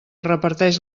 reparteix